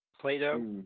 Plato